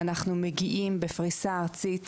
אנחנו מגיעים בפריסה ארצית